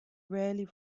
rarely